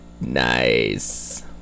Nice